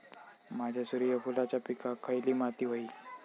माझ्या सूर्यफुलाच्या पिकाक खयली माती व्हयी?